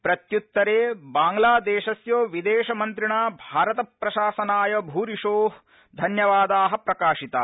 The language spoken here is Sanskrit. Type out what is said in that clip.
प्रत्युत्तरे बांग्लादेशस्य विदेशमन्त्रिणा भारत प्रशासनाय भूरिशोः धन्यवादाः प्रकाशिता